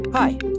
Hi